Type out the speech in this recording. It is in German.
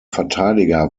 verteidiger